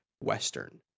Western